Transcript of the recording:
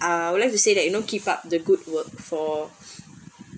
I would like to say that you know keep up the good work for